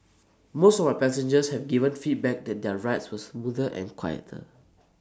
most of my passengers have given feedback that their rides were smoother and quieter